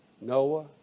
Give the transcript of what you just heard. Noah